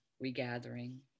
regathering